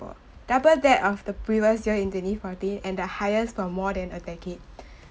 ~pore double that of the previous year in twenty fourteen and the highest for more than a decade